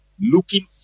looking